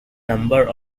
number